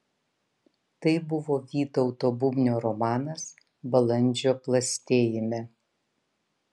tai buvo vytauto bubnio romanas balandžio plastėjime